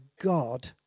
God